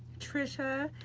trisha,